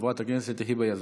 חברת הכנסת היבה יזבק,